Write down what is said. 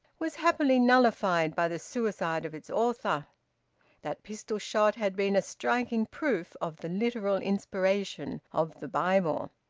was happily nullified by the suicide of its author that pistol-shot had been a striking proof of the literal inspiration of the bible.